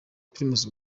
primus